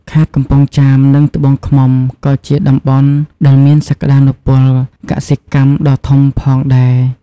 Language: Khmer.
ខេត្តកំពង់ចាម និង ត្បូងឃ្មុំ ក៏ជាតំបន់ដែលមានសក្តានុពលកសិកម្មដ៏ធំផងដែរ។